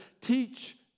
Teach